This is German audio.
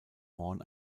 horn